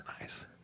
Nice